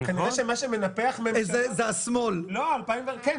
"אלה דבריה של